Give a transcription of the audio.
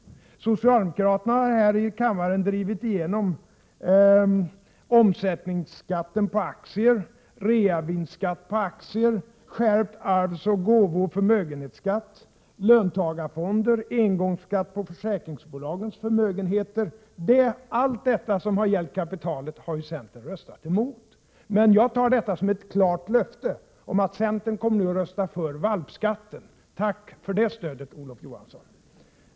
Socialdemokraterna har här i kammaren drivit igenom omsättningsskatten på aktier, reavinstskatt på aktier, skärpt arvs-, gåvooch förmögenhetsskatt, löntagarfonder och en engångsskatt på försäkringsbolagens förmögenheter. Men allt detta, som har gällt kapitalet, har ju centern röstat emot. Jag tar emellertid det som Olof Johansson sade som ett klart löfte om att centern kommer att rösta för valpskatten. Tack för detta stöd, Olof Johansson!